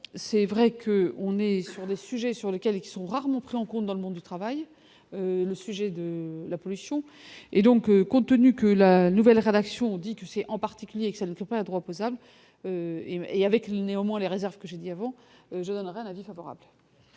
c'est vrai que on est sur le sujet sur lequel qui sont rarement pris en compte dans le monde du travail, le sujet de la pollution et donc, compte tenu que la nouvelle rédaction dit que c'est en particulier que ça ne fait pas un droit opposable et avec l'néanmoins les réserves que j'ai dit : avant je donnerai un avis favorable.